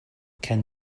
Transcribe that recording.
can